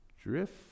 drift